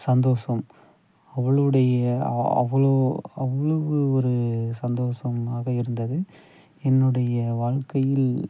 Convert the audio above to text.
சந்தோஷம் அவளுடைய அ அவ்வளோ அவ்வளோவு ஒரு சந்தோஷமாக இருந்தது என்னுடைய வாழ்க்கையில்